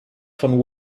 von